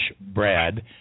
Brad